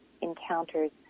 encounters